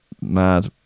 mad